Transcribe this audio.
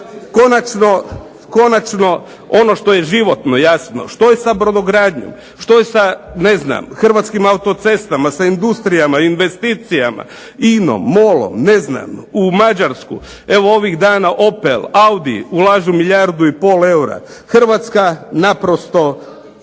Konačno ono što je životno jasno što je sa brodogradnjom, što je ne znam Hrvatskim autocestama, sa industrijama, investicijama, INA, MOL, ne znam u Mađarsku? Evo ovih dana Opel, Audi ulažu milijardu i pol eura. Hrvatska naprosto